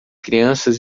crianças